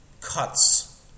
cuts